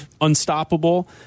unstoppable